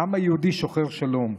העם היהודי שוחר שלום,